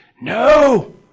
no